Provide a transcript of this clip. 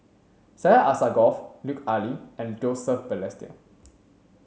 Syed Alsagoff Lut Ali and Joseph Balestier